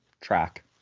track